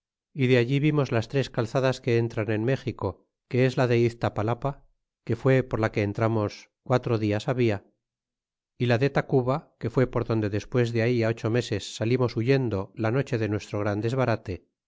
y de allí vimos las tres calzadas que entran en méxico que es la de iztapalapa que fué por la que entramos quatro dias h ab l a y la de tacuba que fue por donde despues de ahí ocho meses salimos huyendo la noche de nuestro gran desbarate